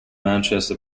manchester